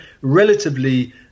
relatively